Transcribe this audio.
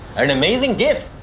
an amazing gift!